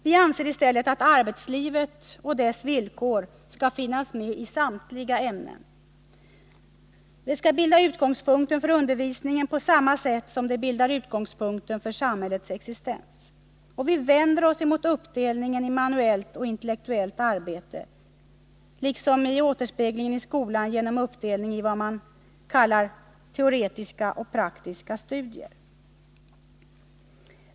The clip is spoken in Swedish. Vi anser i stället att arbetslivet och dess villkor skall finnas med i samtliga ämnen. Det skall bilda utgångspunkten för undervisningen på samma sätt som det bildar utgångspunkten för samhällets existens. Vi vänder oss mot uppdelningen i manuellt och intellektuellt arbete liksom mot dess återspegling i skolan genom uppdelningen i vad man kallar teoretiska och praktiska studier.